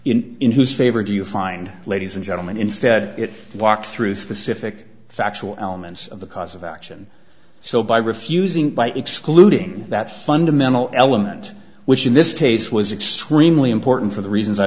in whose favor do you find ladies and gentlemen instead it walked through specific factual elements of the cause of action so by refusing by excluding that fundamental element which in this case was extremely important for the reasons